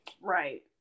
right